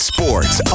Sports